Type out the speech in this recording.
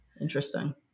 Interesting